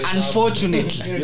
Unfortunately